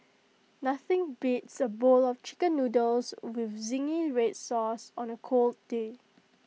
nothing beats A bowl of Chicken Noodles with Zingy Red Sauce on A cool day